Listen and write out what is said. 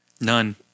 None